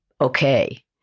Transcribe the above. okay